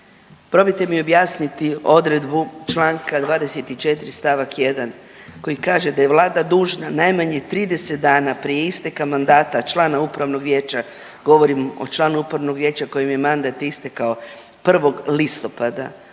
probajte mi objasniti odredbu čl. 24. st. 1. koji kaže da je vlada dužna najmanje 30 dana prije isteka mandata člana upravnog vijeća, govorim o članu upravnog vijeća kojem je mandat istekao 1. listopada,